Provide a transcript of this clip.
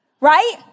Right